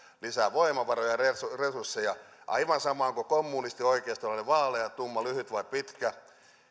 lisää voimavaroja ja resursseja aivan sama onko kommunisti oikeistolainen vaalea tumma lyhyt vai pitkä